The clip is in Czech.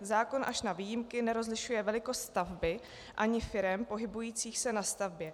Zákon až na výjimky nerozlišuje velikost stavby ani firem pohybujících se na stavbě.